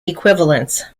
equivalents